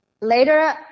later